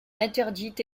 interdite